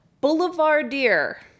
boulevardier